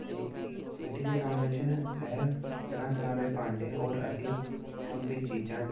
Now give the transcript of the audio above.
ਅਤੇ ਮਿੱਟੀ ਦੇ ਕੰਮ ਵਿੱਚ ਹੈ ਤਰ੍ਹਾਂ ਤਰ੍ਹਾਂ ਦੇ ਭਾਂਡੇ ਔਰ ਅਤੇ ਹੋਰ ਵੀ ਚੀਜ਼ਾਂ